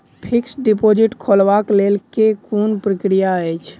Fixed deposit खोलबाक लेल केँ कुन प्रक्रिया अछि?